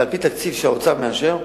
ועל-פי תקציב שהאוצר מאשר,